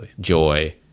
joy